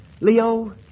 Leo